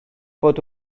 bod